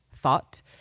thought